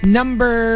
number